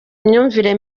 imyumvire